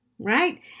right